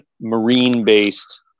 marine-based